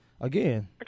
again